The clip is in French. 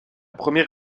première